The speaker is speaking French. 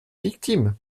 victimes